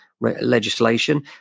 legislation